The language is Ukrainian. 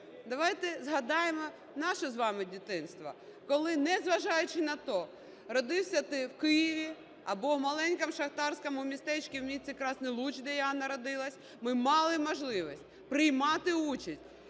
Давайте згадаємо наше з вами дитинство, коли, незважаючи на те, родився ти в Києві або в маленькому шахтарському містечку у місті Красний Луч, де я народилась, ми мали можливість приймати участь